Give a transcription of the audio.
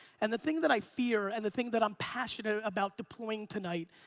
and the thing that i fear and the thing that i'm passionate about deploying tonight,